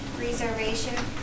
reservation